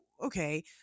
okay